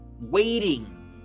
waiting